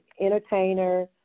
entertainer